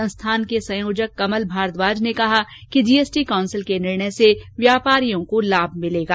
संस्थान के संयोजक कमल भारद्वाज ने कहा कि जीएसटी काउंसिल के निर्णय से व्यापारियों को लाभ मिलेगा